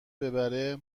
ببره